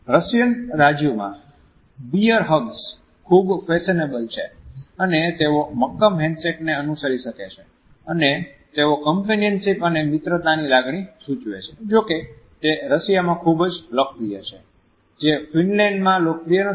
Russian રાજ્યોમાં bear hugs ખૂબ fashionable છે અને તેઓ મક્કમ હેન્ડશેકને અનુસરી શકે છે અને તેઓ કમ્પેનીંયનશીપ અને મિત્રતાની લાગણી સૂચવે છે જો કે તે રશિયામાં ખૂબ જ લોકપ્રિય છે જે ફિનલેન્ડમાં લોકપ્રિય નથી